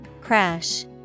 Crash